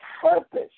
purpose